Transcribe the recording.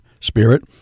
spirit